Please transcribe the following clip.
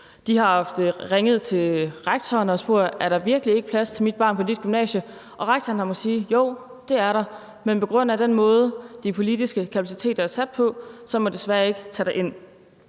De har haft ringet til rektoren og spurgt: Er der virkelig ikke plads til mit barn på dit gymnasie? Og rektoren har måttet sige: Jo, det er der, men på grund af den måde, de politiske kapaciteter er sat på, må jeg desværre ikke tage det ind.